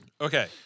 Okay